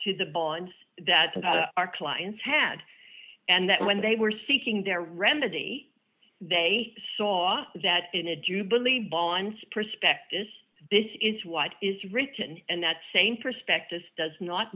to the bonds that our clients had and that when they were seeking their remedy they saw that in a do you believe balance prospectus this is what is written and that same prospectus does not